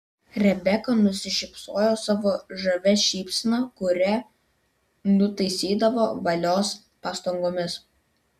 rebeka nusišypsojo savo žavia šypsena kurią nutaisydavo valios pastangomis